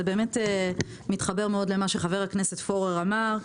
זה באמת מתחבר מאוד למה שחבר הכנסת פורר אמר.